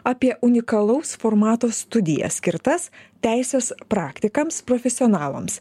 apie unikalaus formato studijas skirtas teisės praktikams profesionalams